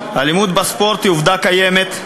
אלימות בספורט היא עובדה קיימת.